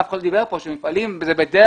אף אחד לא דיבר כאן על כך שמפעלים הם בדרך